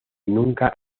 nunca